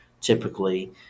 typically